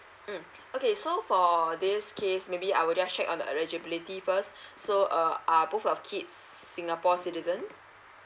uh okay so for this case maybe I will just check on the eligibility first so uh are both of kids singapore citizen